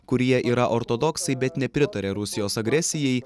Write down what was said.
kurie yra ortodoksai bet nepritaria rusijos agresijai